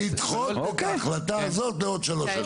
לדחות את ההחלטה הזאת בעוד שלוש שנים.